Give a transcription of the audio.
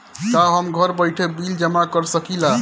का हम घर बइठे बिल जमा कर शकिला?